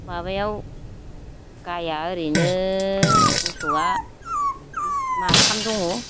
माबायाव गायआ ओरैनो मोसौआ माथाम दङ